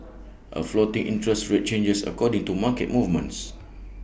A floating interest rate changes according to market movements